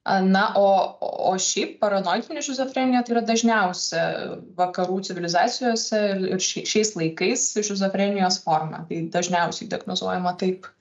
a na o o šiaip paranoidinė šizofrenija tai yra dažniausia vakarų civilizacijose ir šiai šiais laikais šizofrenijos forma tai dažniausiai diagnozuojama taip